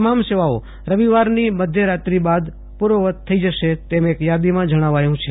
તમામ સેવાઓ રવિવારની મધ્યરાત્રી બાદ પુર્વારત થઇ જશે તેમ એક યાદીમાં જણાવ્યું છે